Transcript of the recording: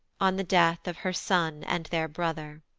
on the death of her son and their brother.